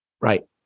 Right